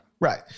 Right